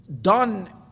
done